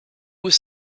was